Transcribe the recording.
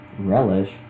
Relish